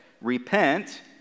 Repent